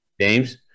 James